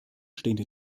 stehenden